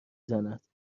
زند